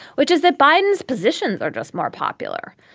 which is that biden's positions are just more popular.